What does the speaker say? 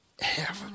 Heaven